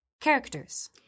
Characters